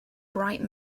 bright